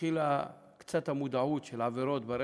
התחילה להיות קצת מודעות לעבירות ברשת.